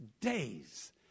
days